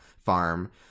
farm